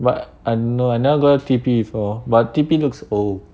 but I no I never go T_P before but T_P looks old